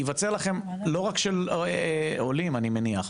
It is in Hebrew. היווצר לכם פקק לא רק של עולים אני מניח,